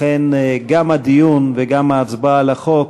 לכן גם הדיון וגם ההצבעה על החוק